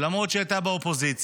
למרות שהיא הייתה באופוזיציה,